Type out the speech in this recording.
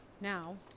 Now